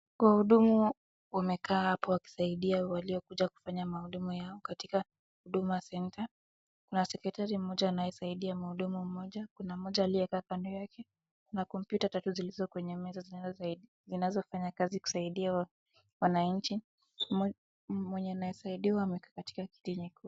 Wahudumu wamekaa hapo wakisaidia waliokuja kufanya maudumu yao katika huduma centre . Na secretary mmoja anayesaidia mhudumu mmoja na mmoja aliyekaa kando yake. Kuna kompyuta tatu zilizo kwenye meza zinazofanya kazi kusaidia wananchi. Mwenye anasaidiwa amekaa katika kiti nyekundu.